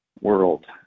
world